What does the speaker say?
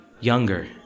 Younger